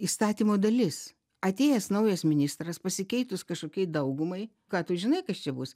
įstatymo dalis atėjęs naujas ministras pasikeitus kažkokiai daugumai ką tu žinai kas čia bus